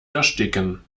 ersticken